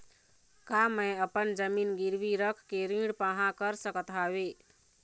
का मैं अपन जमीन गिरवी रख के ऋण पाहां कर सकत हावे?